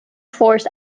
force